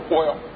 oil